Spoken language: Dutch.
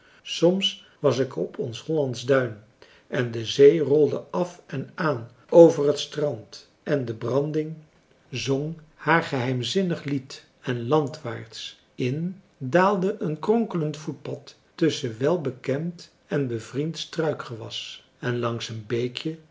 soms was ik op ons hollandsch duin en de zee rolde af en aan over het strand en de branding zong haar geheimzinnig lied en landwaarts in daalde een kronkelend voetpad tusschen welbekend en bevriend struikgewas en langs een beekje